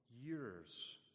years